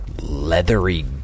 leathery